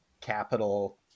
capital